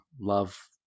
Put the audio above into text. love